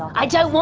i so